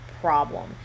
problem